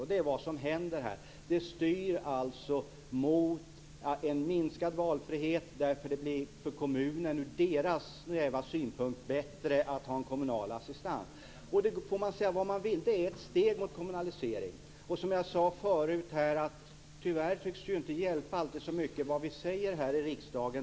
Detta är vad som händer här - det hela styrs mot en minskad valfrihet därför att det med kommunernas snäva synsätt blir bättre att ha en kommunal assistent. Man får säga vad man vill, men det är ett steg mot kommunalisering. Tyvärr tycks det inte alltid hjälpa vad vi än säger här i riksdagen.